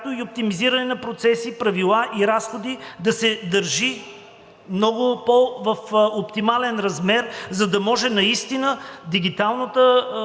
както и оптимизиране на процеси, правила и разходи да се държи много пò в оптимален размер, за да може наистина дигиталното